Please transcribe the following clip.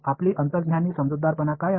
आपली अंतर्ज्ञानी समजूतदारपणा काय आहे